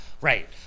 Right